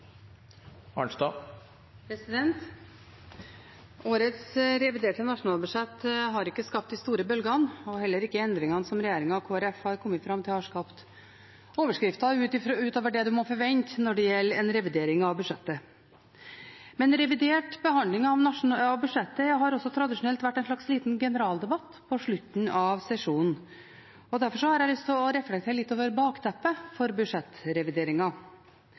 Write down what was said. har skapt overskrifter ut over det man må forvente når det gjelder en revidering av budsjettet. Revidert behandling av budsjettet har tradisjonelt vært en slags liten generaldebatt på slutten av sesjonen. Derfor har jeg lyst til å reflektere litt over bakteppet for